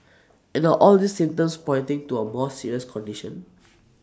and the all these symptoms pointing to A more serious condition